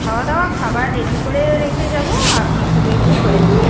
খাওয়া দাওয়া খাবার রেডি করে রেখে যাব আপনি শুধু একটু ধরে দেবেন